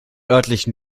örtlichen